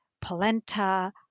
polenta